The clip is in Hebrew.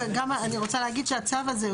גם אני רוצה להגיד שהצו הזה,